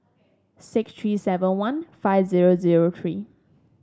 six three seven one five zero zero three